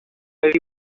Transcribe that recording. ari